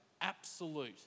absolute